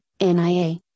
NIA